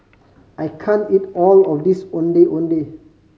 I can't eat all of this Ondeh Ondeh